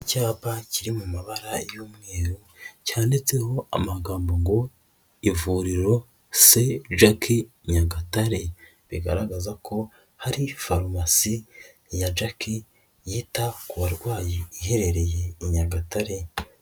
Icyapa kiri mu mabara y'umweru cyanditseho amagambo ngo ivuriro S Jack Nyagatare bigaragaza ko hari faromasi ya Jack yita ku barwayi iherereye i Nyagatare.